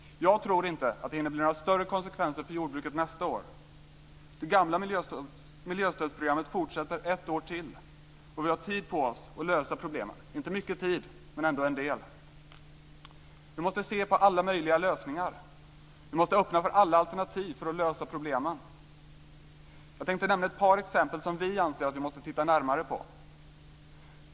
Jag tror inte att det får några större konsekvenser för jordbruket nästa år. Det gamla miljöstödsprogrammet fortsätter ett år till. Vi har tid på oss att lösa problemen, inte mycket tid men ändå en del. Vi måste se på alla möjliga lösningar. Vi måste öppna för alla alternativ för att lösa problemen. Jag tänkte nämna ett par exempel som vi anser att vi måste titta närmare på.